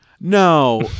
No